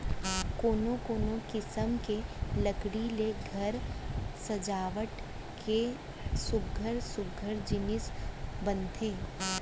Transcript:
कोनो कोनो किसम के लकड़ी ले घर सजावट के सुग्घर सुग्घर जिनिस बनथे